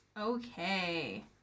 Okay